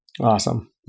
Awesome